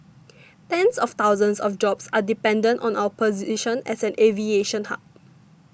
tens of thousands of jobs are dependent on our position as an aviation hub